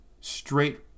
straight